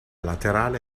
laterale